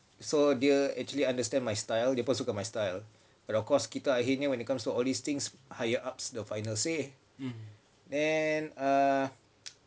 so dia actually understand my style dia pun suka my style but of course kita akhirnya when it comes to all these things higher ups the final say then err